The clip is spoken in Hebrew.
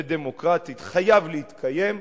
ודמוקרטית חייב להתקיים.